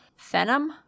Phenom